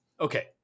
okay